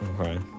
Okay